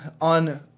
on